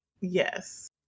yes